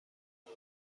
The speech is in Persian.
بار